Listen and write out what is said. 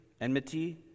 enmity